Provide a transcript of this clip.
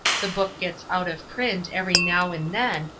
the book gets out of print, every now and then,